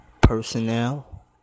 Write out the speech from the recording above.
Personnel